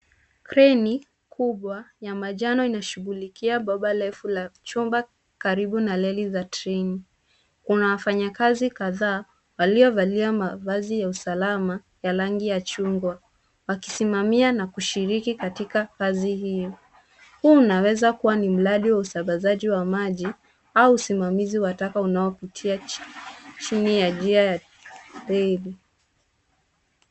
Kreni kubwa ya manjano inashughulikia bomba refu la chumba karibu na reli za treni. Kuna wafanyakazi kadhaa waliovalia mavazi ya usalama ya rangi ya chungwa wakisimamia na kushiriki katika kazi hiyo. Huu unawezakuwa ni mradi wa usambazaji wa maji au usimamizi wa taka unaopitia chini ya njia ya reli.